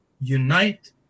unite